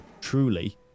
truly